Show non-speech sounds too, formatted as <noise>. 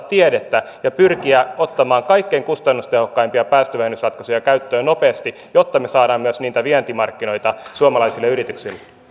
<unintelligible> tiedettä ja pyrkiä ottamaan kaikkein kustannustehokkaimpia päästövähennysratkaisuja käyttöön nopeasti jotta me saamme myös niitä vientimarkkinoita suomalaisille yrityksille